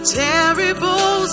terrible